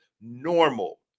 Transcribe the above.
normal